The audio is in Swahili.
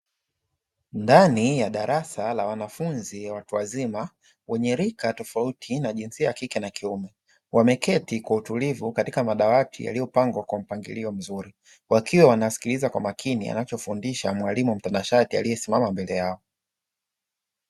Ndani ya darasa la wanafunzi la watu wazima, wenye rika tofauti na jinsia ya kike na kiume, wameketi kwa utulivu katika madawati yaliyopangwa kwa mpangilio mzuri, wakiwa wanasikiliza kwa makini anachofundisha mwalimu mtanashati aliyesimama mbele yao.